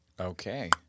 Okay